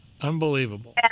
Unbelievable